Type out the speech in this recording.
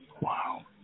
Wow